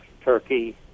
turkey